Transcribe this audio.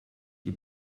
die